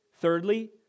Thirdly